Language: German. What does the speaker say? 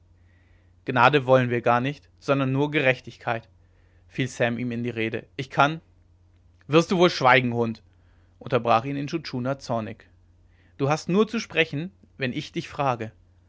gnade wollen wir gar nicht sondern nur gerechtigkeit fiel sam ihm in die rede ich kann wirst du wohl schweigen hund unterbrach ihn intschu tschuna zornig du hast nur zu sprechen wenn ich dich frage